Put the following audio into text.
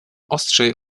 ostrzej